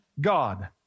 God